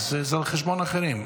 אז זה על חשבון אחרים.